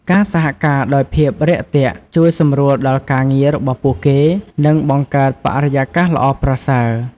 ការសហការដោយភាពរាក់ទាក់ ជួយសម្រួលដល់ការងាររបស់ពួកគេ និងបង្កើតបរិយាកាសល្អប្រសើរ។